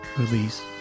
release